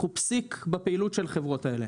אנחנו פסיק בפעילות של החברות האלה.